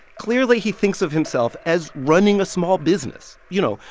clearly, he thinks of himself as running a small business. you know,